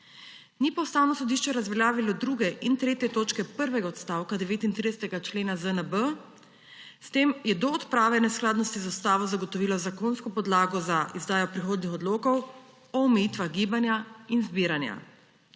Ni pa Ustavno sodišče razveljavilo druge in tretje točke prvega odstavka 39. člena ZNB. S tem je do odprave neskladnosti z Ustavo zagotovilo zakonsko podlago za izdajo prihodnjih odlokov o omejitvah gibanja in zbiranja.